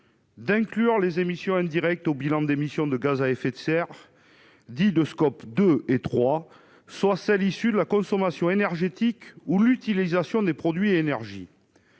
d'inclure les émissions indirectes au bilan d'émissions de gaz à effet de serre, dit de Scop 2 et 3, soit celles issues de la consommation énergétique ou l'utilisation des produits énergie